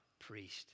priest